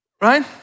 Right